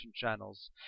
channels